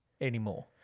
anymore